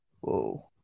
Whoa